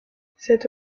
cette